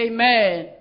Amen